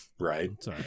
right